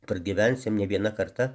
pragyvensim nė viena karta